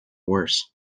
worse